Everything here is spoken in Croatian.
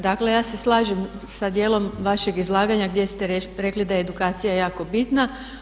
Dakle ja se slažem sa dijelom vašeg izlaganja gdje ste rekli da je edukacija jako bitna.